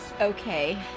Okay